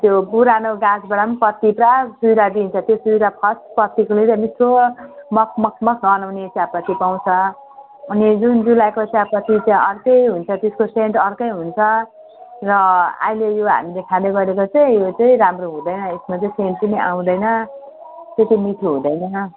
त्यो पुरानो गाछबाट पनि पत्ति पुरा चुरा दिन्छ त्यो चुरा चाहिँ फर्स्ट पत्तीको मिठो मगमगमग गनाउने चियापत्ति पाउँछ अनि जुन जुलाईको चियापत्ती चाहिँ अर्कै हुन्छ त्यसको सेन्ट अर्कै हुन्छ र अहिले यो हामीले खाने गरेको चाहिँ राम्रो हुँदैन यसमा चाहिँ सेन्ट पनि आउँदैन त्यो चाहिँ मिठो हुँदैन